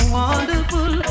wonderful